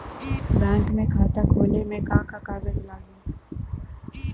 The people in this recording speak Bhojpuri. बैंक में खाता खोले मे का का कागज लागी?